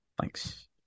Thanks